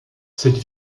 cette